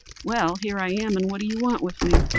well! here i am, and what do you want with me?